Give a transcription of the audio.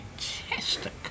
Fantastic